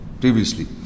Previously